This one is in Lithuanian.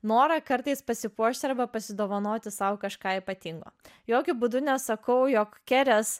norą kartais pasipuošti arba pasidovanoti sau kažką ypatingo jokiu būdu nesakau jog kelias